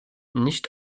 nicht